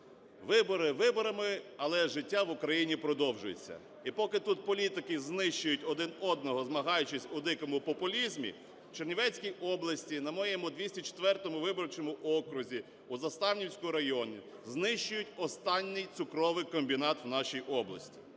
вибори виборами, але життя в Україні продовжується. І поки тут політики знищують один одного, змагаючись у дикому популізмі, в Чернівецькій області на моєму 204 виборчому окрузі у Заставнівському районі знищують останній цукровий комбінат в нашій області